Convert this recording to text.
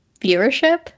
viewership